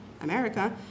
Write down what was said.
America